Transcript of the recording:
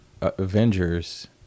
Avengers